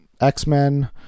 X-Men